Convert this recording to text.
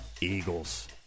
Eagles